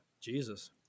Jesus